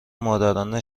مادران